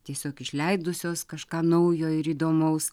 tiesiog išleidusios kažką naujo ir įdomaus